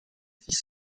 six